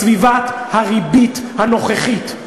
בסביבת הריבית הנוכחית,